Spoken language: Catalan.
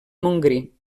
montgrí